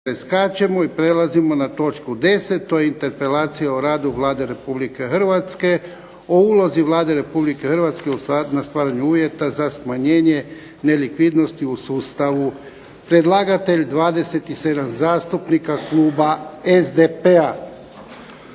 preskačemo i prelazimo na točku 10. To je - Interpelacija o radu Vlade Republike Hrvatske, o ulozi Vlade Republike Hrvatske na stvaranju uvjeta za smanjenje nelikvidnosti u sustavu Predlagatelj 27 zastupnika kluba SDP-a.